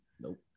Nope